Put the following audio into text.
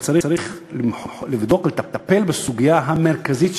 אבל צריך לבדוק ולטפל בסוגיה המרכזית,